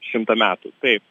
šimtą metų taip